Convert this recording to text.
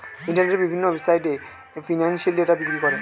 ইন্টারনেটের বিভিন্ন ওয়েবসাইটে এ ফিনান্সিয়াল ডেটা বিক্রি করে